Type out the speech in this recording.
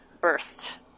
first